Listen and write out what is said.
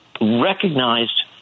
recognized